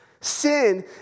Sin